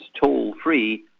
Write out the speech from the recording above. toll-free